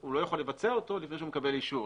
הוא לא יכול לבצע אותו לפני שהוא מקבל אישור.